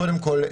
קודם כול,